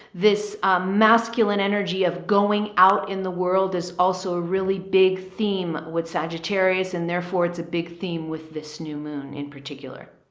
this masculine energy of going out in the world is also a really big theme with sagittarius. and therefore it's a big theme with this new moon in particular.